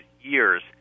years